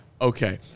Okay